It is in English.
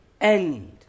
end